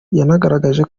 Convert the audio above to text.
yanagaragaje